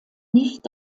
nicht